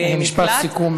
משפט סיכום,